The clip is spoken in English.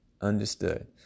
Understood